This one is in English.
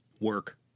work